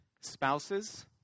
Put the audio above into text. Spouses